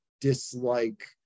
dislike